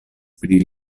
pri